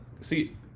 see